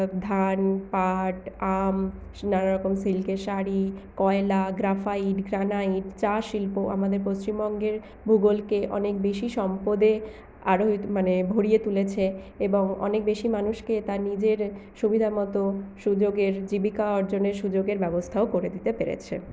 ধান পাট আম নানারকম সিল্কের শাড়ি কয়লা গ্রাফাইট গ্রানাইট চা শিল্প আমাদের পশ্চিমবঙ্গের ভূগোলকে অনেক বেশি সম্পদে আরোই মানে ভরিয়ে তুলেছে এবং অনেক বেশি মানুষকে তার নিজের সুবিধামতো সুযোগের জীবিকা অর্জনের সুযোগের ব্যবস্থাও করে দিতে পেরেছে